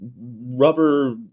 rubber